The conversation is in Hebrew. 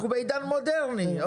אנחנו בעידן מודרני.